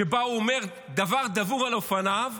ושם הוא אומר דבר דבור על אופניו,